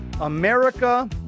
America